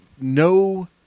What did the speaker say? no